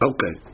Okay